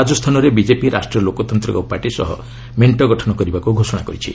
ରାଜସ୍ଥାନରେ ବିଜେପି ରାଷ୍ଟ୍ରୀୟ ଲୋକତାନ୍ତିକ ପାର୍ଟି ସହ ମେଣ୍ଟଗଠନ କରିବାକୁ ଘୋଷଣା କରିଛି